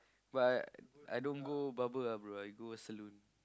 but I I don't go barber ah bro I go saloon